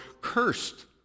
cursed